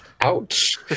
Ouch